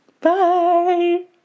Bye